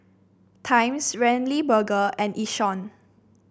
Times Ramly Burger and Yishion